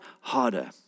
harder